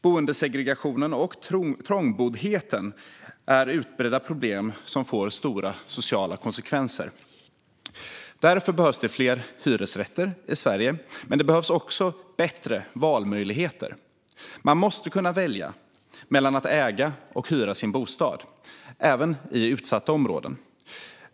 Boendesegregationen och trångboddheten är utbredda problem som får stora sociala konsekvenser. Därför behövs det fler hyresrätter i Sverige. Men det behövs också bättre valmöjligheter. Man måste kunna välja mellan att äga och hyra sin bostad, även i utsatta områden.